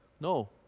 no